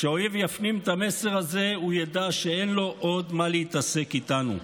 כשהאויב יפנים את המסר הזה הוא ידע שאין לו עוד מה להתעסק איתנו.